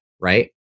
right